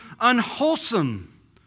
unwholesome